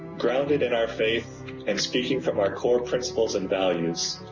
grounded in our faith and speaking from our core principles and values,